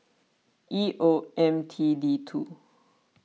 E O M T D two